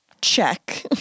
check